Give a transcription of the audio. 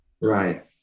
Right